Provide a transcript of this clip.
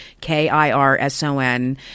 K-I-R-S-O-N